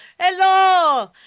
Hello